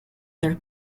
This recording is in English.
their